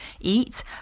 eat